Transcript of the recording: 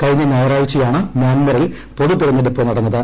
കഴിഞ്ഞ ഞായറാഴ്ചയാണ് മ്യാൻമറിൽ പൊതു തെരഞ്ഞെടുപ്പ് നടന്നത്